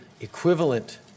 equivalent